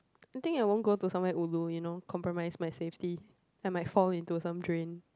I think I won't go to somewhere ulu you know compromised my safety I might fall into some drain